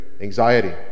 anxiety